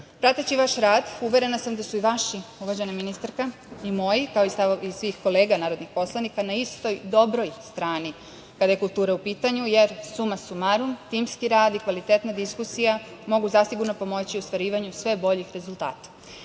evra. Prateći vaš rad, uverena sam da su i vaši, uvažena ministarka, i moji, kao i stavovi svih kolega narodnih poslanika, na istoj, dobroj strani, kada je kultura u pitanju, jer suma sumarum, timski rad i kvalitetna diskusija mogu zasigurno pomoći u ostvarivanju sve boljih rezultata.